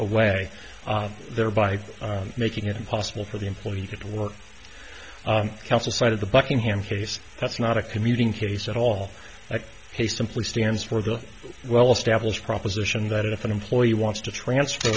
away thereby making it impossible for the employee to get work counsel side of the buckingham case that's not a commuting case at all like hey simply stands for the well established proposition that if an employee wants to transfer